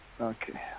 Okay